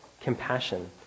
compassion